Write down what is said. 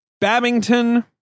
Babington